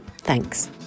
Thanks